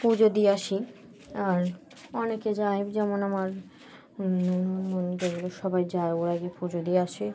পুজো দিয়ে আসি আর অনেকে যায় যেমন আমার মন্দিরগুলো সবাই যায় ও আগে পুজো দিয়ে আসে